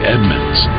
Edmonds